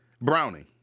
Browning